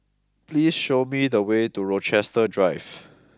please show me the way to Rochester Drive